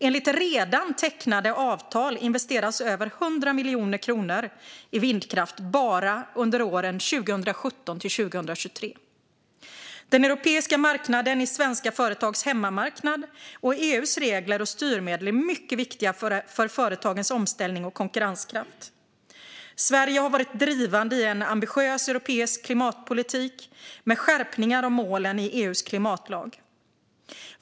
Enligt redan tecknade avtal investeras över 100 miljarder kronor i vindkraft bara under åren 2017-2023. Den europeiska marknaden är svenska företags hemmamarknad, och EU:s regler och styrmedel är mycket viktiga för företagens omställning och konkurrenskraft. Sverige har varit drivande i en ambitiös europeisk klimatpolitik med skärpningar av målen i EU:s klimatlag.